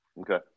Okay